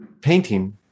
painting